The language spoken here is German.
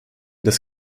des